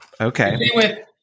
Okay